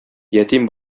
ятим